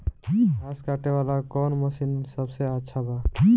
घास काटे वाला कौन मशीन सबसे अच्छा बा?